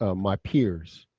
ah my peers,